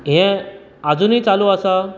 हें आजुनूय चालू आसा